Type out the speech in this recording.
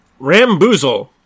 Ramboozle